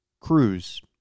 Cruise